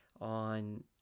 on